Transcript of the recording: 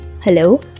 Hello